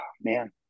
Man